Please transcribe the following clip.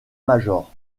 major